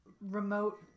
remote